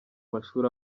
mashuri